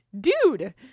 Dude